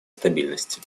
стабильности